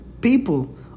People